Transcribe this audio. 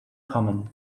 common